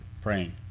praying